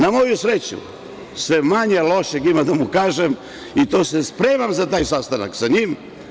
Na moju sreću imam sve manje lošeg da mu kažem i spremam se za taj sastanak sa njim.